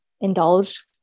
indulge